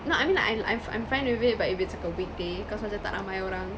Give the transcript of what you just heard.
no I mean like I I'm fine with it but if it's like a weekday cause macam like tak ramai orang